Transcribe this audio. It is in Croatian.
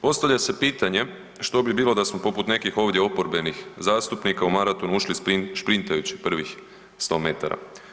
Postavlja se pitanje što bi bilo da smo poput nekih ovdje pored nekih oporbenih zastupnika u maraton ušli sprintajući prvih 100 metara?